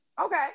Okay